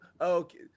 okay